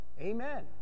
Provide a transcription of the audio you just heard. Amen